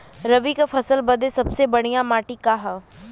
रबी क फसल बदे सबसे बढ़िया माटी का ह?